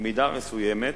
במידה מסוימת